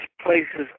places